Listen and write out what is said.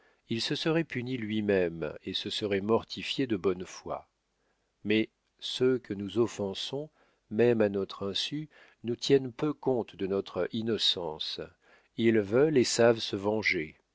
il se serait puni lui-même et se serait mortifié de bonne foi mais ceux que nous offensons même à notre insu nous tiennent peu compte de notre innocence ils veulent et savent se venger